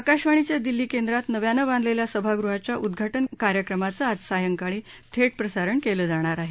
आकाशवाणीच्या दिल्ली केंद्रात नव्यानं बांधलेल्या सभागृहाच्या उद्घाटन कार्यक्रमाचं आज सायंकाळी थेट प्रसारण केलं जाणार आहे